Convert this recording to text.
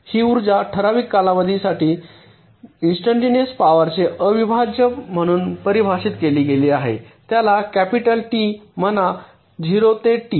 ही ऊर्जा ठराविक कालावधीसाठी इन्स्टंटनेअस पॉवरचे अविभाज्य म्हणून परिभाषित केली गेली आहे त्याला कॅपिटल टी म्हणा 0 ते टी